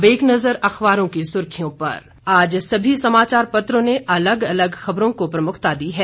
अब एक नजर अखबारों की सुर्खियों पर आज सभी समाचार पत्रों ने अलग अलग खबरों को प्रमुखता दी है